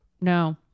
no